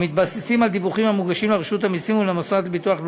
המתבססים על דיווחים המוגשים לרשות המסים ולמוסד לביטוח לאומי,